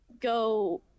go